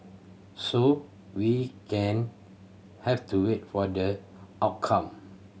so we can have to wait for the outcome